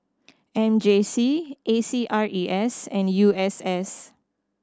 M J C A C R E S and U S S